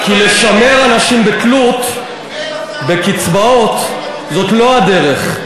כי לשמר אנשים בתלות בקצבאות זאת לא הדרך.